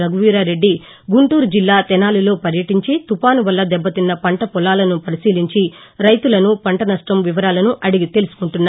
రఘువీరారెడ్డి గుంటూరు జిల్లా తెనాలిలో పర్యటించి తుపాన్ వల్ల దెబ్బతిన్న పంట పొలాలను పరిశీలించి రైతులను పంట నహ్లం వివరాలను అడిగి తెలుసుకుంటున్నారు